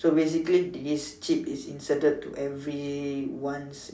so basically this chip is inserted to everyone's